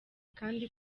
kandi